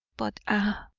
but ah!